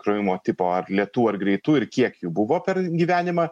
krovimo tipo ar lėtų ar greitų ir kiek jų buvo per gyvenimą